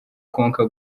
konka